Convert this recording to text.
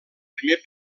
primer